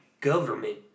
government